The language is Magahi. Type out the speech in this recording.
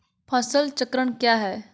फसल चक्रण क्या है?